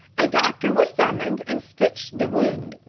a doctor was summoned and stitched the wound.